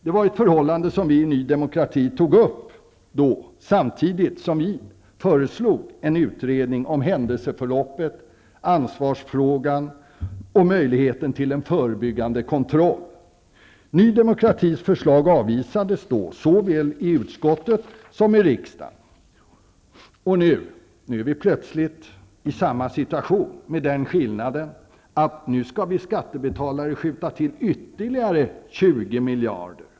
Detta förhållande tog vi i Ny demokrati upp då, samtidigt som vi föreslog att en utredning skulle göras beträffande händelseförloppet, ansvarsfrågan och möjligheten till en förebyggande kontroll. Ny demokratis förslag avvisades såväl i utskottet som i riksdagen. Nu är vi ''plötsligt'' i samma situation, men med den skillnaden att vi skattebetalare skall skjuta till ytterligare 20 miljarder.